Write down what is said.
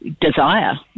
desire